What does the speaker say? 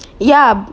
ya